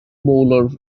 bowler